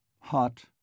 hot